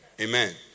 Amen